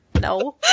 No